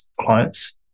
clients